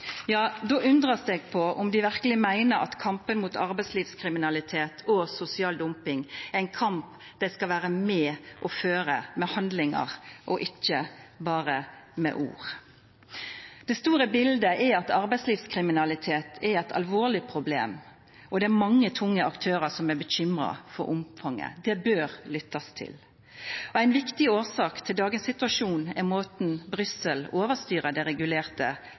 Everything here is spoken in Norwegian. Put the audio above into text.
ja då undrar eg på om dei verkeleg meiner at kampen mot arbeidslivskriminalitet og sosial dumping er ein kamp dei skal vera med og føra med handlingar og ikkje berre med ord. Det store bildet er at arbeidslivskriminalitet er eit alvorleg problem, og det er mange tunge aktørar som er uroa over omfanget. Det bør lyttast til. Ei viktig årsak til dagens situasjon er måten Brussel overstyrer det regulerte